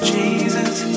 Jesus